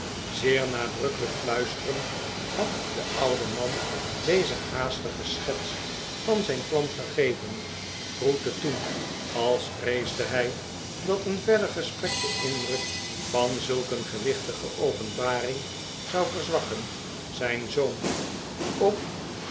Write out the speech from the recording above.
zeer nadrukkelijk fluisterend had de oude man deze haastige schets van zijn plan gegeven groette toen als vreesde hij dat een verder gesprek den indruk van zulk een gewichtige openbaring zou verzwakken zijn zoon op